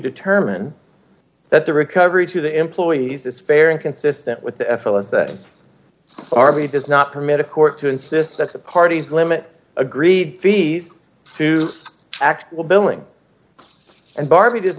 determine that the recovery to the employees is fair and consistent with the f l as army does not permit a court to insist that the parties limit agreed fees to act will billing and barbie does